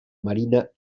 marina